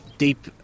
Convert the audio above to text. deep